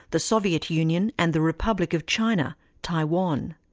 the soviet union and the republic of china taiwan.